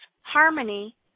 harmony